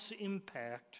impact